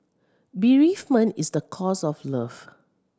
bereavement is the cost of love